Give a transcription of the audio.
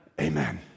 Amen